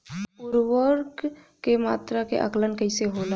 उर्वरक के मात्रा के आंकलन कईसे होला?